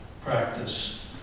practice